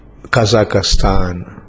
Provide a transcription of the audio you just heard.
Kazakhstan